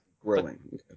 growing